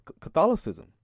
catholicism